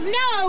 no